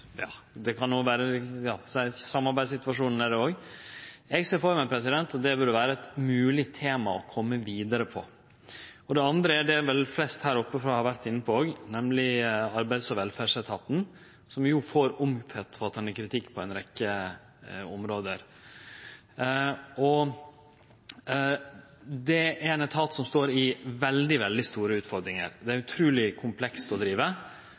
samarbeidssituasjonen er det. Eg ser for meg at det burde vere eit mogleg tema å kome vidare på. Det andre området er det som òg flest har vore inne på her oppe. Det er Arbeids- og velferdsetaten, som jo får omfattande kritikk på ei rekkje område. Det er ein etat som har veldig store utfordringar. Han er utruleg kompleks å drive.